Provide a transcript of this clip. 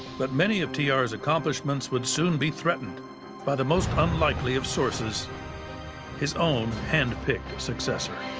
but many of t r s accomplishments would soon be threatened by the most unlikely of sources his own handpicked successor.